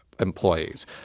employees